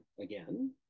again